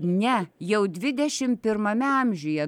ne jau dvidešim pirmame amžiuje